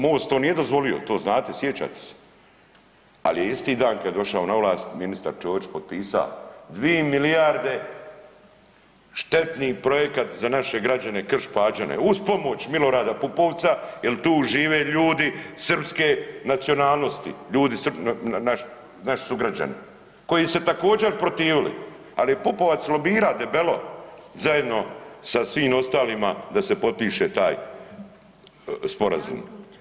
MOST to nije dozvolio, to znate, sjećate se, ali je isti dan kad je došao na vlast ministar Ćorić potpisa 2 milijarde štetni projekat za naše građane Krš –Pađene, uz pomoć Milorada Pupovca jer tu ive ljudi srpske nacionalnosti, ljudi, naši sugrađani koji su se također protivili, ali je Pupovac lobira debelo zajedno sa svim ostalima da se potpiše taj sporazum.